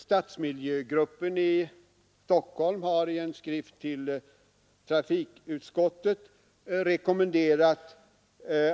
Stadsmiljögruppen i Stockholm har i en skrivelse till trafikutskottet rekommenderat